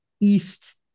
East